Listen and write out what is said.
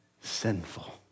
sinful